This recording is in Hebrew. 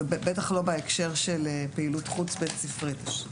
ובטח לא בהקשר של פעילות חוץ בית ספרית.